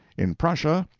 in prussia,